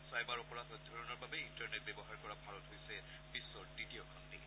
cyber অপৰাধ অধ্যয়নৰ বাবে ইণ্টাৰনেট ব্যৱহাৰ কৰা ভাৰত হৈছে বিশ্বৰ দ্বিতীয়খন দেশ